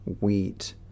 wheat